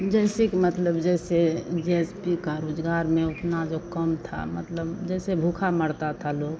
जैसे कि मतलब जैसे जी एस पी का रोज़गार में उतना जो कम था मतलब जैसे भूखा मरता था लोग